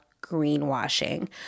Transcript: greenwashing